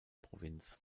provinz